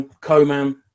Coman